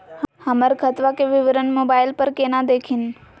हमर खतवा के विवरण मोबाईल पर केना देखिन?